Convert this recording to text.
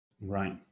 Right